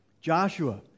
Joshua